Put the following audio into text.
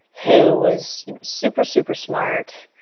who was super, super smart,